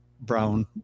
Brown